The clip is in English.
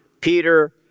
Peter